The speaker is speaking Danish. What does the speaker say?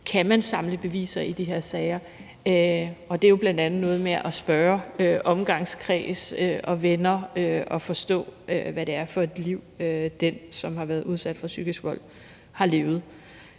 man kan samle beviser i de her sager. Det er jo bl.a. noget med at spørge omgangskreds og venner og forstå, hvad det er for et liv, den, som har været udsat for psykisk vold, har levet.